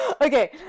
Okay